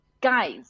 guys